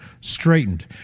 straightened